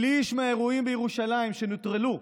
שליש מהאירועים בירושלים שנוטרלו,